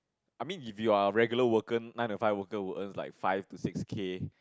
I mean if you are regular worker nine to five worker would earn like five to six K